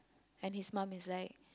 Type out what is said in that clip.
and his mum is like